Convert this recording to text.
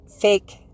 fake